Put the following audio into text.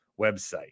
website